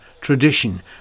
tradition